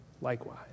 likewise